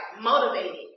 motivated